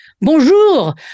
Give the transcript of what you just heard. Bonjour